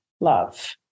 love